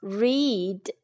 read